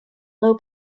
low